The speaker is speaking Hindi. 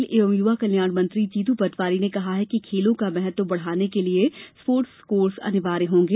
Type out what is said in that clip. खेल एवं युवा कल्याण मंत्री जीतू पटवारी ने कहा है कि खेलों का महत्व बढ़ाने के लिए स्पोर्ट्स कोर्स अनिवार्य होंगे